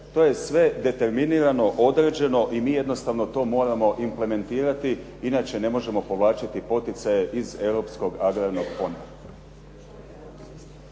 to je sve determinirano, određeno i mi jednostavno to moramo implementirati, inače ne možemo povlačiti poticaje iz europskog agrarnog fonda.